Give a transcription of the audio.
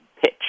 pitch